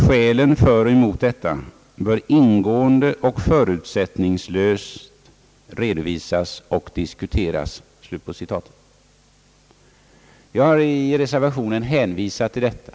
Skälen för och emot detta bör ingående och förutsättningslöst redovisas och diskuteras.» I reservationen har vi hänvisat till detta.